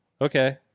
Okay